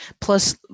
plus